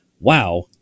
wow